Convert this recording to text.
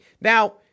Now